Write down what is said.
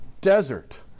desert